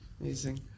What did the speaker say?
Amazing